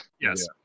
Yes